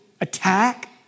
attack